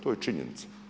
To je činjenica.